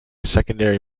secondary